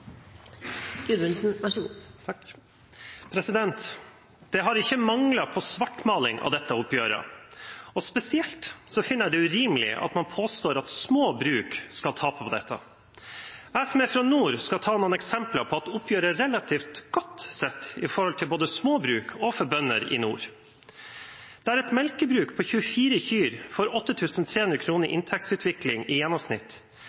vil, og så får vi se hva vi som folkevalgte følger opp med. Det har ikke manglet på svartmaling av dette oppgjøret, og spesielt finner jeg det urimelig at man påstår at små bruk skal tape på dette. Jeg, som er fra nord, skal komme med noen eksempler på at oppgjøret er relativt godt, sett i forhold til både små bruk og bønder i nord: Der et melkebruk med 24 kyr får 8 300 kr i inntektsutvikling i